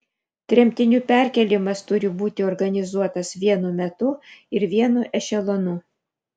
tremtinių perkėlimas turi būti organizuotas vienu metu ir vienu ešelonu